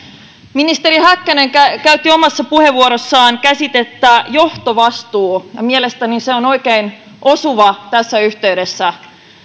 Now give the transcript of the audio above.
ministeri häkkänen käytti omassa puheenvuorossaan käsitettä johtovastuu mielestäni se on oikein osuva tässä yhteydessä